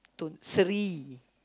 Tun Sri